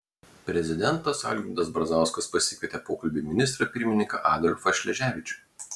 prezidentas algirdas brazauskas pasikvietė pokalbiui ministrą pirmininką adolfą šleževičių